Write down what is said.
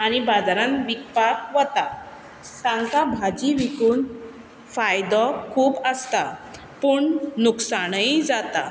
आनी बाजारान विकपाक वता तांकां भाजी विकून फायदो खूब आसता पूण नुकसाणय जाता